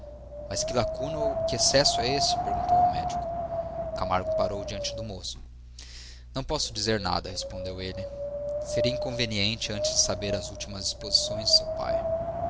mas que lacuna ou que excesso é esse perguntou ao médico camargo parou diante do moço não posso dizer nada respondeu ele seria inconveniente antes de saber as últimas disposições de seu pai